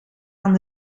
aan